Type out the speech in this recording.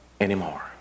anymore